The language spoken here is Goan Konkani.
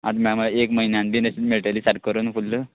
आत म्हळ्या म्हळ्या एक म्हयन्यान बीन अशी मेळटली सारक् करून फुल्ल